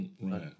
right